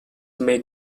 may